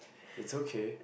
it's okay